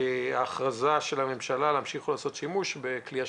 ההכרזה של הממשלה להמשיך לעשות שימוש בכלי השב"כ?